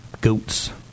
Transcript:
goats